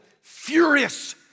Furious